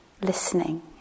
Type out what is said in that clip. listening